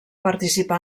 participà